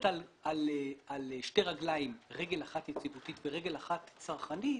על שתי רגליים רגל אחת יציבותית ורגל אחת צרכנית